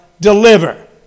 Deliver